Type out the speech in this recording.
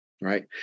right